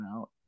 out